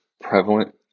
prevalent